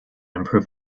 improve